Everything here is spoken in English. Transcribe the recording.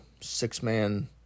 six-man